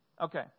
Okay